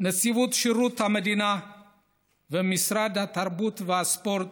נציבות שירות המדינה ומשרד התרבות והספורט,